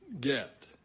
get